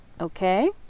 okay